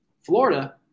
Florida